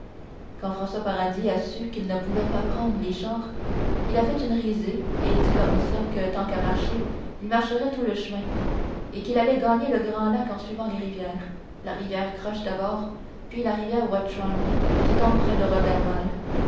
quand françois paradis a su qu'il ne pourrait pas prendre les chars il a fait une risée et dit comme ça que tant qu'à marcher il marcherait tout le chemin et qu'il allait gagner le grand lac en suivant les rivières la rivière croche d'abord et puis la rivière ouatchouan qui tombe près de roberval